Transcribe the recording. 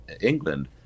England